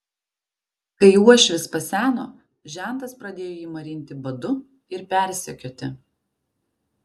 kai uošvis paseno žentas pradėjo jį marinti badu ir persekioti